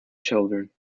children